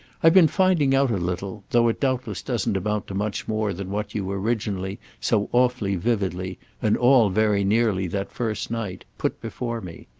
i've been finding out a little, though it doubtless doesn't amount to much more than what you originally, so awfully vividly and all, very nearly, that first night put before me.